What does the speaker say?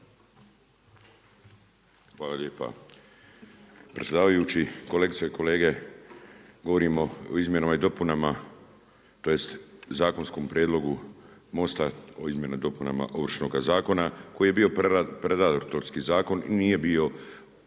Hvala lijepa predsjedavajući. Kolegice i kolege, govorimo o izmjenama i dopunama, tj. zakonskom prijedlogu Mosta o izmjenama i dopunama ovršnoga zakona, koji je bio predatorski zakon i nije bio